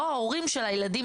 לא ההורים של הילדים,